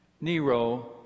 Nero